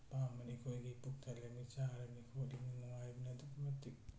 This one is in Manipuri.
ꯑꯄꯥꯝꯕꯅꯤ ꯑꯩꯈꯣꯏꯒꯤ ꯄꯨꯛ ꯊꯜꯂꯤꯃꯤ ꯆꯥꯔꯤꯃꯤ ꯈꯣꯠꯂꯤꯃꯤ ꯅꯨꯡꯉꯥꯏꯔꯤꯃꯤ ꯑꯗꯨꯛꯀꯤ ꯃꯇꯤꯛ